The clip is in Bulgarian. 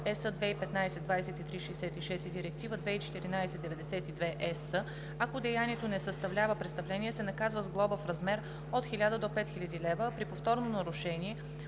(ЕС) 2015/2366 и Директива 2014/92/ЕС, ако деянието не съставлява престъпление, се наказва с глоба в размер от 1000 до 5000 лв., а при повторно нарушение